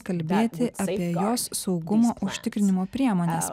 kalbėti apie jos saugumo užtikrinimo priemones